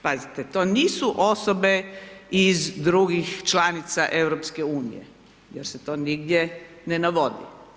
Pazite, to nisu osobe iz drugih članica EU jer se to nigdje ne navodi.